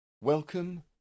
Welcome